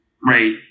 Right